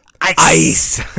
Ice